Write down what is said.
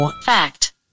Fact